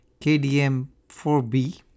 KDM4B